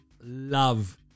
love